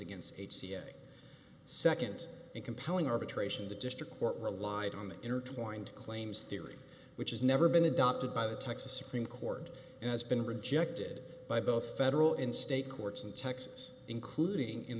against a ca seconds and compelling arbitration the district court relied on the intertwined claims theory which has never been adopted by the texas supreme court and has been rejected by both federal and state courts in texas including in